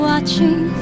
Watching